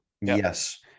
Yes